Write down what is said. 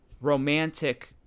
romantic